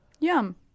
Yum